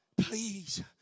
Please